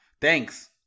Thanks